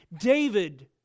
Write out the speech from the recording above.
David